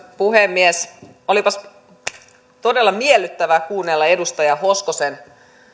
puhemies olipas todella miellyttävää kuunnella edustaja hoskosen